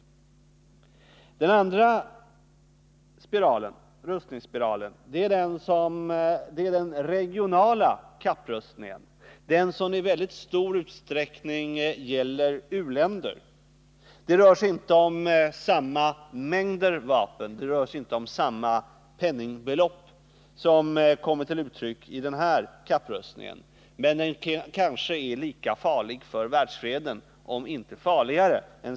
Den andra rustningsspiralen är den regionala kapprustningen, som i väldigt stor utsträckning gäller u-länder. Det rör sig inte om samma mängder vapen eller samma penningbelopp som kommer till uttryck i supermakternas kapprustning, men kanske är den lika farlig för världsfreden om inte farligare.